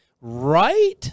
Right